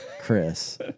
Chris